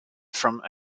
from